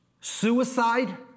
Suicide